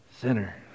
sinner